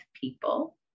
people